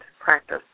practice